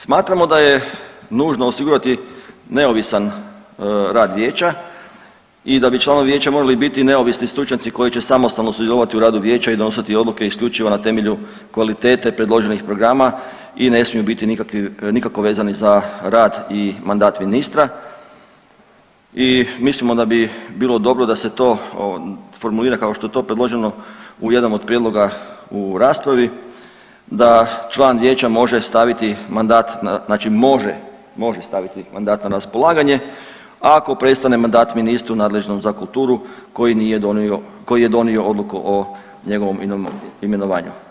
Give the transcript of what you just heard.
Smatramo da je nužno osigurati neovisan rad vijeća i da bi članovi vijeća morali biti neovisni stručnjaci koji će samostalno sudjelovati u radu vijeća i donositi odluke isključivo na temelju kvalitete predloženih programa i ne smiju biti nikako vezani za rad i mandat ministra i mislimo da bi bilo dobro da se to formulira kao što je to predloženo u jednom od prijedloga u raspravi, da član vijeća može staviti mandat, znači može, može staviti mandat na raspolaganje ako prestane mandat ministru nadležnom za kulturu koji nije donio, koji je donio odluku o njegovom imenovanju.